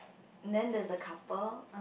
then there's a couple